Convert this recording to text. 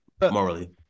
Morally